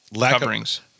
coverings